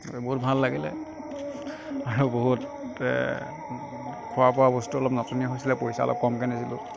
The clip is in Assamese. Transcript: বহুত ভাল লাগিলে বহুত খোৱা বোৱা বস্তু অলপ নাটনি হৈছিল পইচা অলপ কমকে নিছিলোঁ